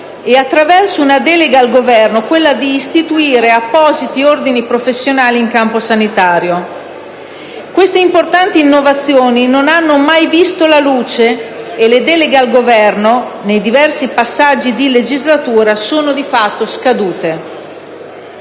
e, attraverso una delega al Governo, di istituire appositi ordini professionali in campo sanitario. Queste importanti innovazioni non hanno mai visto la luce e le deleghe al Governo, nei diversi passaggi della XIV legislatura, sono di fatto scadute.